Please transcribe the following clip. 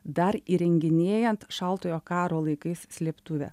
dar įrenginėjant šaltojo karo laikais slėptuvę